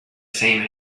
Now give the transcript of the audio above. same